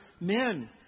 men